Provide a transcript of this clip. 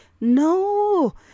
No